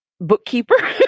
bookkeeper